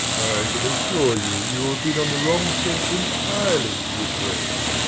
i can assure you, you have been on the wrong scent entirely, miss west.